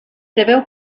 preveu